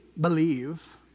believe